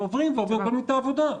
עוברים ומקבלים את העבודה.